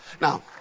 Now